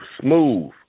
smooth